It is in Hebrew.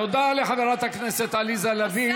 תודה לחברת הכנסת עליזה לביא.